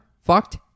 fucked